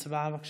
הצבעה, בבקשה.